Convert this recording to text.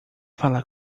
falar